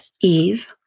Eve